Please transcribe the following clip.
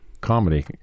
comedy